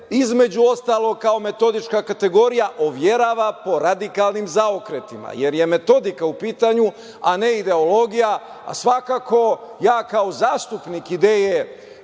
između ostalog, kao metodička kategorija, overava po radikalnim zaokretima, jer je metodika u pitanju, a ne ideologija. Svakako, ja kao zastupnik ideje